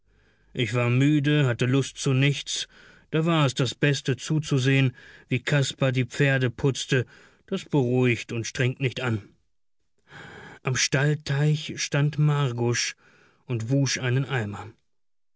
ich war müde hatte lust zu nichts da war es das beste zuzusehen wie kaspar die pferde putzte das beruhigt und strengt nicht an am stallteich stand margusch und wusch einen eimer